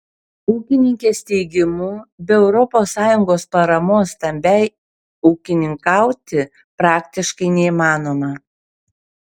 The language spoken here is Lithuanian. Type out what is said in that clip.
ūkininkės teigimu be europos sąjungos paramos stambiai ūkininkauti praktiškai neįmanoma